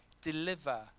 deliver